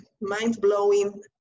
mind-blowing